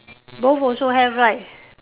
both also have right